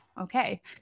okay